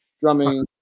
drumming